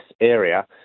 area